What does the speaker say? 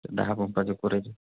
दहा पंपाचे कोरायजन